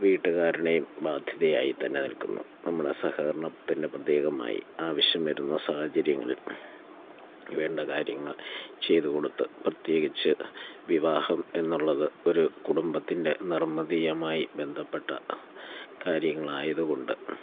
വീട്ടുകാരുടെയും ബാധ്യതയായി തന്നെ നിൽക്കുന്നു നമ്മുടെ സഹകരണത്തിൻ്റെ പ്രതീകമായി ആവശ്യം വരുന്ന സാഹചര്യങ്ങളിൽ വേണ്ട കാര്യങ്ങൾ ചെയ്തുകൊടുത്ത് പ്രത്യേകിച്ച് വിവാഹം എന്നുള്ളത് ഒരു കുടുംബത്തിൻ്റെ നിർമ്മിതയുമായി ബന്ധപ്പെട്ട കാര്യങ്ങളായതുകൊണ്ട്